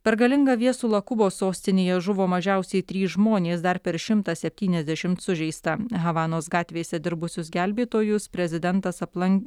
per galingą viesulą kubos sostinėje žuvo mažiausiai trys žmonės dar per šimtą septyniasdešimt sužeista havanos gatvėse dirbusius gelbėtojus prezidentas aplan